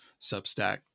Substack